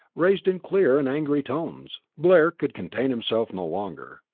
raised in clear and angry tones. blair could contain himself no longer.